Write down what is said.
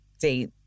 date